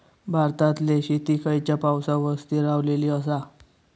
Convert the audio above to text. भारतातले शेती खयच्या पावसावर स्थिरावलेली आसा?